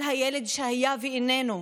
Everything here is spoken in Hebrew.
על הילד שהיה ואיננו,